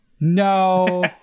No